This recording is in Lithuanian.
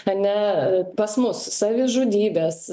ane pas mus savižudybės